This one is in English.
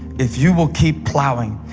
if you will keep plowing,